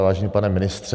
Vážený pane ministře.